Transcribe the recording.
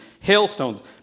hailstones